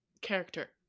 character